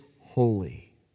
holy